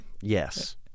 Yes